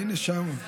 הינה, שם.